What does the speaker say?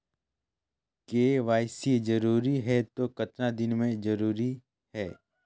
KYC जरूरी हे तो कतना दिन मे जरूरी है?